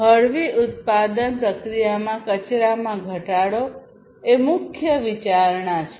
હળવી ઉત્પાદન પ્રક્રિયામાં કચરામાં ઘટાડો એ મુખ્ય વિચારણા છે